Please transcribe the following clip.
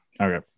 Okay